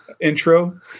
intro